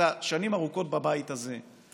אתה שנים ארוכות בבית הזה,